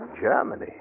Germany